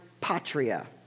patria